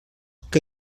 que